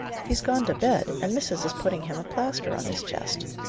he's gone to bed, and missis is putting him a plaster on his chest.